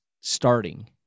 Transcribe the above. starting